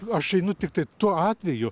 aš einu tiktai tuo atveju